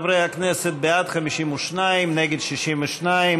חברי הכנסת, בעד, 52, נגד, 62,